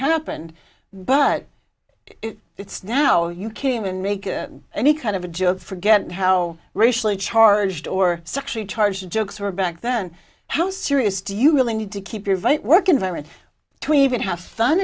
happened but it's now you can make any kind of a joke forget how racially charged or sexually charged jokes were back then how serious do you really need to keep your vital work environment to even have fun